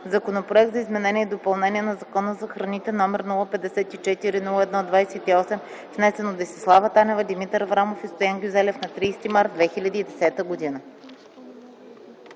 Законопроект за изменение и допълнение на Закона за храните, № 054-01-28, внесен от Десислава Танева, Димитър Аврамов и Стоян Гюзелев на 30 март 2010г.”